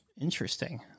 Interesting